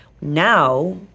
Now